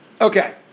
Okay